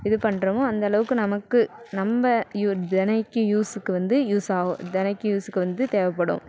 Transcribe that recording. இது பண்ணுறோமோ அந்த அளவுக்கு நமக்கு நம்ப தினைக்கும் யூஸுக்கு வந்து யூஸ் ஆகும் தினைக்கும் யூஸுக்கு வந்து தேவைப்படும்